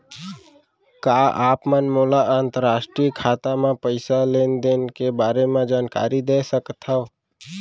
का आप मन मोला अंतरराष्ट्रीय खाता म पइसा लेन देन के बारे म जानकारी दे सकथव?